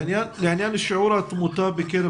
את אומרת ששיעור התמותה בקרב